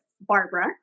Barbara